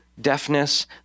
deafness